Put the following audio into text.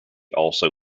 also